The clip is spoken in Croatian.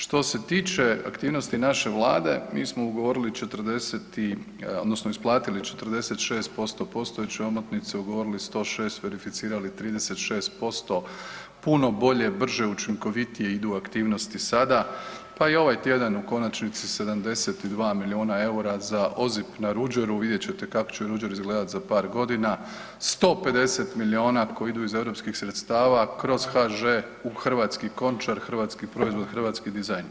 Što se tiče aktivnosti naše Vlade mi smo ugovorili 40 i odnosno isplatili 46% postojeće omotnice, ugovorili 106, verificirali 36% puno bolje, brže, učinkovitije idu aktivnosti sada, pa i ovaj tjedan u konačnici 72 miliona EUR-a za OZIP na Ruđeru vidjet ćete kako će Ruđer izgledati za par godina, 150 miliona koje idu iz europskih sredstava kroz HŽ u hrvatski Končar, hrvatski proizvod, hrvatski dizajn.